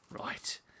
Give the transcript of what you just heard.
Right